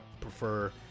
prefer